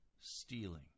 stealing